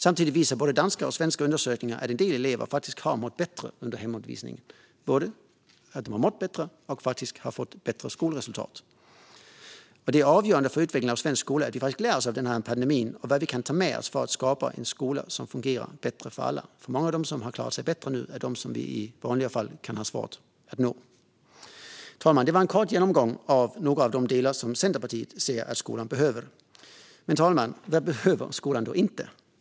Samtidigt visar både danska och svenska undersökningar att en del elever faktiskt har mått bättre under hemundervisningen. De har både mått bättre och faktiskt fått bättre skolresultat. Det är avgörande för utvecklingen av svensk skola att vi verkligen lär oss av denna pandemi och vad vi kan ta med oss för att skapa en skola som fungerar bättre för alla. Många av dem som har klarat sig bättre nu är de som vi i vanliga fall kan ha svårt att nå. Fru talman! Detta var en kort genomgång av några av de delar som Centerpartiet ser att skolan behöver. Men, fru talman, vad behöver skolan inte?